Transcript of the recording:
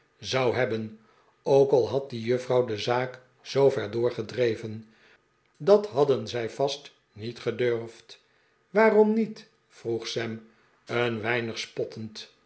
zou hebben ook al had die juffrouw de zaak zoover doorgedreven dat hadden zij vast niet gedurfd waarom niet vroeg sam een weinig spottend